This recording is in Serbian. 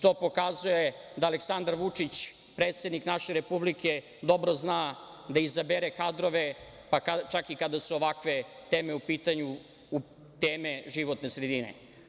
To pokazuje da Aleksandar Vučić, predsednik naše Republike, dobro zna da izabere kadrove, pa čak i kada su ovakve teme u pitanju, teme životne sredine.